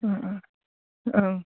अह अह ओं